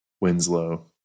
Winslow